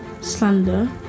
slander